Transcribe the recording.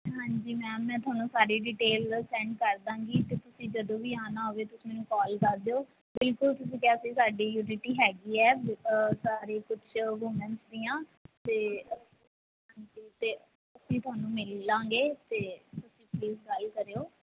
ਹਾਂਜੀ ਮੈਮ ਮੈਂ ਤੁਹਾਨੂੰ ਸਾਰੀ ਡਿਟੇਲ ਸੈਂਡ ਕਰ ਦਾਂਗੀ ਅਤੇ ਤੁਸੀਂ ਜਦੋਂ ਵੀ ਆਉਣਾ ਹੋਵੇ ਤੁਸੀਂ ਮੈਨੂੰ ਕਾਲ ਕਰ ਦਿਓ ਬਿਲਕੁਲ ਤੁਸੀਂ ਕਿਹਾ ਸੀ ਸਾਡੀ ਯੂਨਿਟੀ ਹੈਗੀ ਹੈ ਵ ਸਾਰੀ ਕੁਛ ਵੁਮੈਨ ਦੀਆਂ ਅਤੇ ਹਾਂਜੀ ਅਤੇ ਅਸੀਂ ਤੁਹਾਨੂੰ ਮਿਲ ਲਵਾਂਗੇ ਅਤੇ ਤੁਸੀਂ ਪਲੀਜ ਗੱਲ ਕਰਿਓ